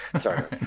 sorry